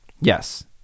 Yes